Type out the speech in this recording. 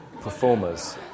performers